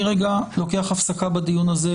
אני לוקח הפסקה בדיון הזה.